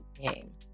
game